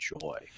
joy